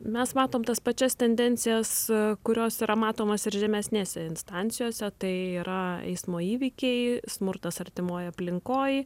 mes matom tas pačias tendencijas kurios yra matomos ir žemesnėse instancijose tai yra eismo įvykiai smurtas artimoj aplinkoj